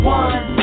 one